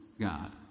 God